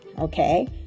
Okay